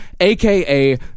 aka